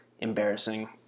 embarrassing